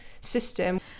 system